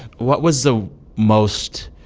what was the most